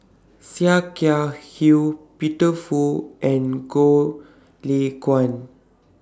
Sia Kah Hui Peter Fu and Goh Lay Kuan